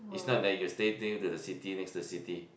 it's not that you stay near to the city next to the city